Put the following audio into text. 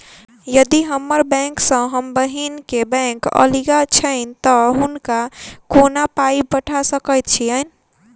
यदि हम्मर बैंक सँ हम बहिन केँ बैंक अगिला छैन तऽ हुनका कोना पाई पठा सकैत छीयैन?